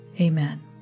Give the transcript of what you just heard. Amen